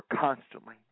constantly